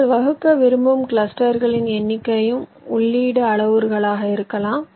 நீங்கள் வகுக்க விரும்பும் கிளஸ்டர்களின் எண்ணிக்கையும் உள்ளீட்டு அளவுருவாக இருக்கலாம்